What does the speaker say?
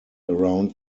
around